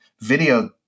video